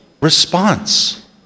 response